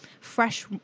fresh